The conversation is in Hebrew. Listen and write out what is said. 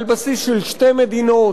על בסיס של שתי מדינות,